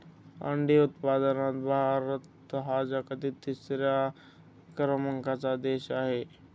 अंडी उत्पादनात भारत हा जगातील तिसऱ्या क्रमांकाचा देश आहे